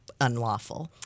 Unlawful